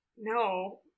no